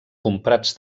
comprats